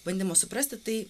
bandymų suprasti tai